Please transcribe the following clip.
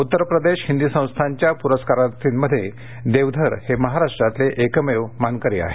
उत्तर प्रदेश हिंदी संस्थानच्या पुरस्कारार्थींमध्ये देवधर हे महाराष्ट्रातले एकमेव मानकरी आहेत